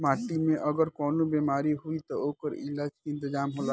माटी में अगर कवनो बेमारी होई त ओकर इलाज के इंतजाम होला